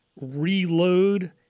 reload